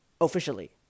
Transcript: Officially